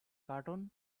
cartoons